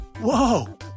Whoa